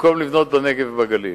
במקום לבנות בנגב ובגליל?